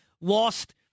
lost